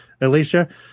Alicia